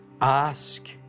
Ask